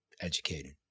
educated